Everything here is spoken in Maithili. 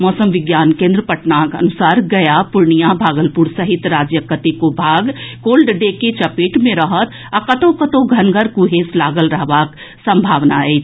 मौसम विज्ञान केन्द्र पटनाक अनुसार गया पूर्णियां भागलपुर सहित राज्यक कतेको भाग कोल्ड डे के चपेट मे रहत आ कतहु कतहु घनगर कुहेस लागल रहबाक सम्भावना अछि